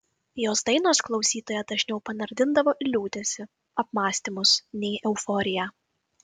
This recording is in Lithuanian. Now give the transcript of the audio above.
jos dainos klausytoją dažniau panardindavo į liūdesį apmąstymus nei euforiją